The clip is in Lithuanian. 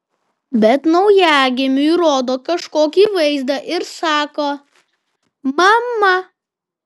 bet naujagimiui rodo kažkokį vaizdą ir sako mama